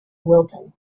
wilton